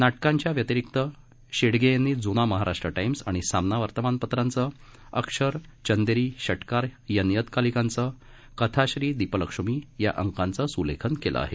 नाटकाच्या व्यतिरिक्तही शेडगे यांनी महाराष्ट्र टाइम्सजूना आणि सामना वर्तमानपत्रांचं अक्षर चंदेरी षटकार या नियतकालिकांचं कथाश्री दीपलक्ष्मी या अंकांचं सुलेखन केलं आहे